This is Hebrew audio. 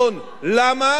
צריך להראות למדינה, לא לעולם.